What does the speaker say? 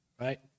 right